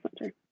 Center